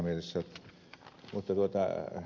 mutta ed